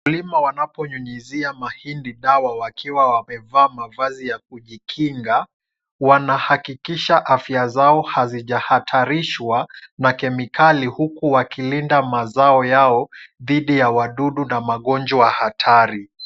Wakulima wanaponyunyizia mahindi dawa wakiwa wamevaa mavazi ya kujikinga, wanahakikisha afya zao haijahatarishwa na kemikali huku wakilida mazao yao dhidi ya wadudu na magonjwa hatari.